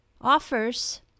offers